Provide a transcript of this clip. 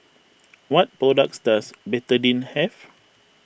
what products does Betadine have